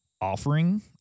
offering